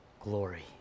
glory